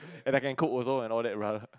and I cook also and all that brother